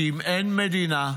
כי אם אין מדינה,